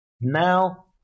Now